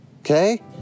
Okay